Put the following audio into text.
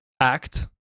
act